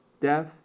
death